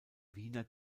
wiener